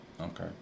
Okay